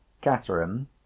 Catherine